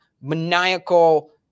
maniacal